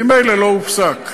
ממילא לא הופסק,